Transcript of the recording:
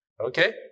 okay